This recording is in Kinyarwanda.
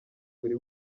buri